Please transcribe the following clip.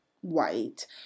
white